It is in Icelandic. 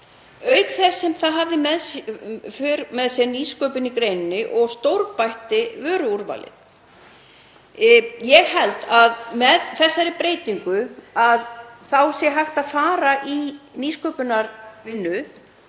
auk þess sem það hafði í för með sér nýsköpun í greininni og stórbætti vöruúrvalið. Ég held að með þessari breytingu sé hægt að fara í nýsköpunarvinnu